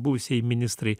buvusieji ministrai